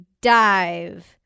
dive